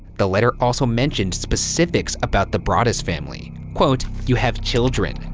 the letter also mentioned specifics about the broaddus family. quote, you have children. and